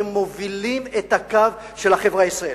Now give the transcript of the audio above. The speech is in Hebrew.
שמובילים את הקו של החברה הישראלית.